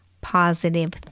Positive